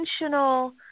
intentional